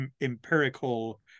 empirical